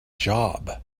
job